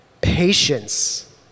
Patience